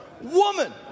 woman